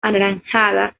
anaranjada